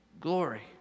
glory